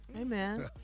amen